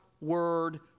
word